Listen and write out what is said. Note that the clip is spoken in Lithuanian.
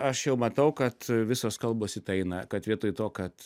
aš jau matau kad visos kalbos į tai eina kad vietoj to kad